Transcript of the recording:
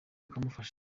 akamufasha